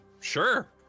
sure